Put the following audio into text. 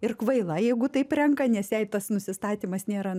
ir kvaila jeigu taip renka nes jei tas nusistatymas nėra